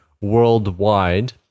worldwide